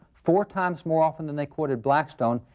four times more often than they quoted blackstone,